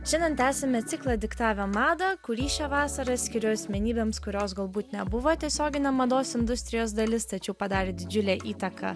šiandien tęsiame ciklą diktavę madą kurį šią vasarą skiriu asmenybėms kurios galbūt nebuvo tiesioginė mados industrijos dalis tačiau padarė didžiulę įtaką